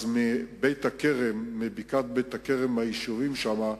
אז מבקעת בית-הכרם, מהיישובים שם,